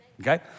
okay